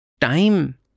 Time